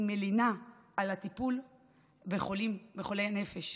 היא מלינה על הטיפול בחולים, חולי נפש.